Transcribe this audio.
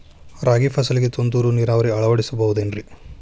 ರಾಗಿ ಫಸಲಿಗೆ ತುಂತುರು ನೇರಾವರಿ ಅಳವಡಿಸಬಹುದೇನ್ರಿ?